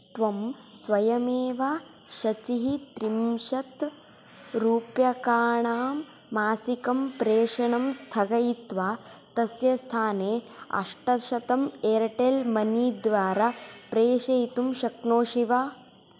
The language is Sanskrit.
त्वं स्वयमेव शचिः त्रिंशत् रूप्यकाणां मासिकम् प्रेषणं स्थगयित्वा तस्य स्थाने अष्टशतम् एर्टेल् मनी द्वारा प्रेषयितुं शक्नोषि वा